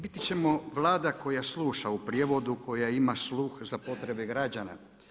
Biti ćemo Vlada koja sluša, u prijevodu koja ima sluha za potrebe građana.